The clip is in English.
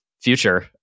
future